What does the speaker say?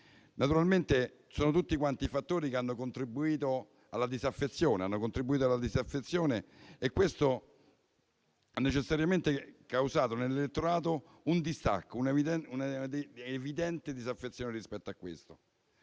Naturalmente sono tutti fattori che hanno contribuito alla disaffezione e questo ha necessariamente causato nell'elettorato un distacco, un'evidente disaffezione. La storia,